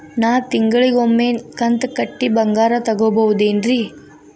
ನಾ ತಿಂಗಳಿಗ ಒಮ್ಮೆ ಕಂತ ಕಟ್ಟಿ ಬಂಗಾರ ತಗೋಬಹುದೇನ್ರಿ?